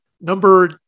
number